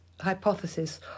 hypothesis